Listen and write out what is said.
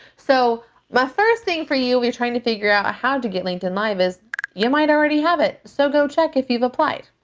so my first thing for you, in trying to figure out how to get linkedin live is you might already have it. so go check if you've applied.